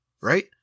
right